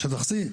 בשטח C,